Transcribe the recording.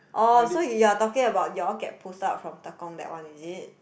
orh so you are talking about you all get posted out from Tekong that one is it